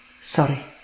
Sorry